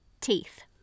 Teeth